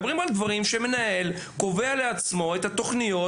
אנחנו מדברים על מצבים בהם המנהל קובע לעצמו את התכניות,